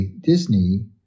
disney